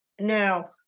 Now